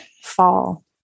fall